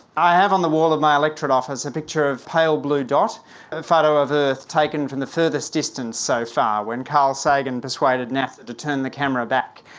i have on the wall of my electoral office a picture of pale blue dot, a photo of earth taken from the furthest distance so far, when carl sagan persuaded nasa to turn the camera back.